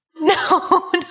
No